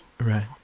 Right